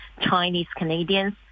Chinese-Canadians